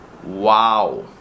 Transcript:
Wow